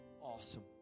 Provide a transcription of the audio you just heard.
awesome